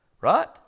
right